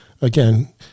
Again